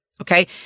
Okay